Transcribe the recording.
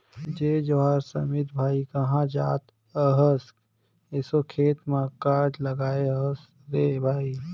जय जोहार समीत भाई, काँहा जात अहस एसो खेत म काय लगाय हस रे भई?